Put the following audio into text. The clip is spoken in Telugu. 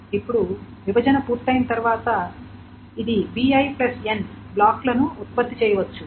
ఇప్పుడు విభజన పూర్తయిన తర్వాత ఇది bi n బ్లాకులను ఉత్పత్తి చేయవచ్చు